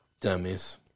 dummies